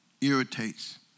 irritates